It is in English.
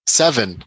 seven